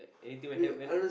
anything will help bennet